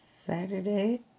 Saturday